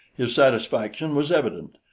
his satisfaction was evident,